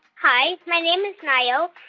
hi. my name is nayo,